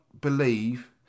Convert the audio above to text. believe